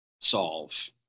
solve